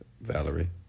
Valerie